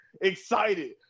excited